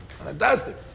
Fantastic